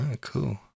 cool